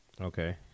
Okay